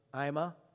Ima